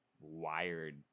wired